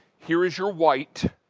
here is your white.